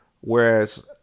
whereas